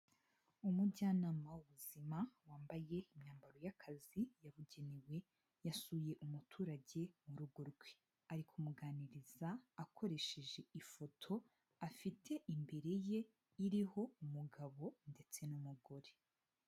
Umujyanama w'ubuzima wambaye imyambaro y'akazi yabugenewe yasuye umuturage mu rugo rwe, ari kumuganiriza akoresheje ifoto afite imbere ye iriho umugabo ndetse n'umugore.